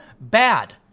bad